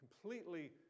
completely